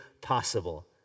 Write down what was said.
possible